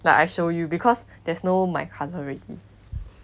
like I show you because there's no my cover already